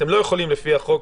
אתם לא יכולים לפי החוק